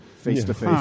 face-to-face